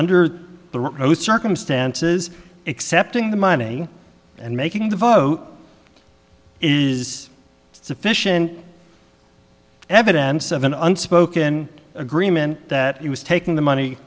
under no circumstances accepting the money and making the vote is sufficient evidence of an unspoken agreement that it was taking the money